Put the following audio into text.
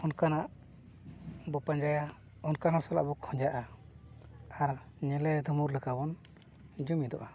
ᱚᱱᱠᱟᱱᱟᱜ ᱵᱚᱱ ᱯᱟᱸᱡᱟᱭᱟ ᱚᱱᱠᱟᱱ ᱦᱚᱲ ᱥᱟᱞᱟᱜ ᱵᱚᱱ ᱠᱷᱚᱡᱟᱜᱼᱟ ᱟᱨ ᱧᱮᱞᱮ ᱫᱩᱢᱩᱨ ᱞᱮᱠᱟ ᱵᱚᱱ ᱡᱩᱢᱤᱫᱚᱜᱼᱟ